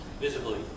visibly